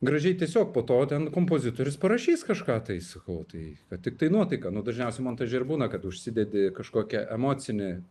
gražiai tiesiog po to ten kompozitorius parašys kažką tai sakau tai kad tiktai nuotaika nu dažniausiai montaže ir būna kad užsidedi kažkokią emocinį